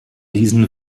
diesen